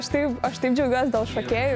aš taip aš taip džiaugiuosi dėl šokėjų